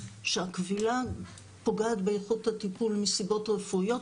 שהכבילה פוגעת באיכות הטיפול מסיבות רפואיות,